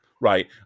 right